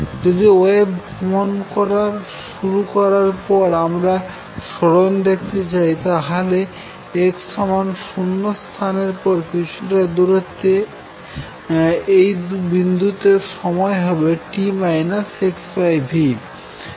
যদি ওয়েভ ভ্রমন শুরু করার পর আমরা সরন দেখতে চাই তাহলে x 0 স্থানের পর কিছুটা দূরত্বে এই বিন্দুতে সময় হবে t - xv